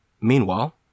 Meanwhile